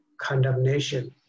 condemnation